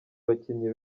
abakinnyi